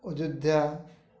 Ayodhya